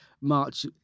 march